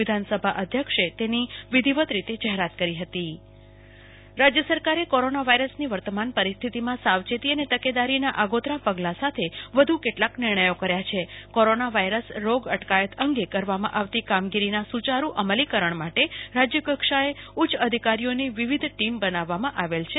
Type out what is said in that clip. વિધાનસભા અધ્યક્ષે તેની વિધિવત રીતે જાહેરાત કરી હતી કલ્પના શાહ કોરોના સામે રાજયની તકેદારી રાજ્ય સરકારે કોરોના વાયરસની વર્તમાન પરિસ્થિતીમાં સાવચેતી અને તકેદારીના આગોતરા પગલા સામે વધુ કેટલાક નિર્ણયો કર્યા છે કોરોના વાયરસ રોગ અટકાયત અંગે કરવામાં આવતી કામગીરીના સુ યારૂ અમલીકરણ માટે રાજયકક્ષાએ ઉચ્ય અધિકારીઓની વિવિધ ટીમ બનાવવામાં આવેલ છે